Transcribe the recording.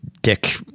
dick